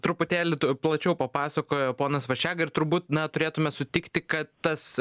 truputėlį plačiau papasakojo ponas vaščega ir turbūt na turėtume sutikti kad tas